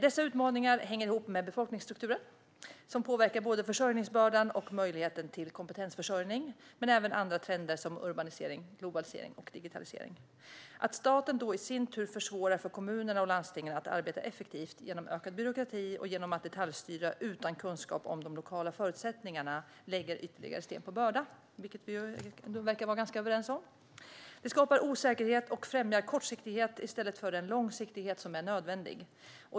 Dessa utmaningar hänger ihop med befolkningsstrukturen, som påverkar både försörjningsbördan och möjligheten till kompetensförsörjning, men även med andra trender som urbanisering, globalisering och digitalisering. Att staten då i sin tur försvårar för kommunerna och landstingen att arbeta effektivt genom ökad byråkrati och genom att detaljstyra utan kunskap om de lokala förutsättningarna lägger ytterligare sten på börda. Det verkar vi vara ganska överens om. Detta skapar osäkerhet och främjar kortsiktighet i stället för den långsiktighet som är nödvändig.